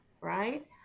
right